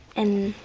and.